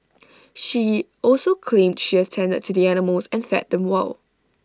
she also claimed she attended to the animals and fed them well